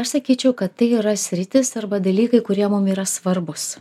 aš sakyčiau kad tai yra sritis arba dalykai kurie mum yra svarbūs